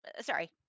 sorry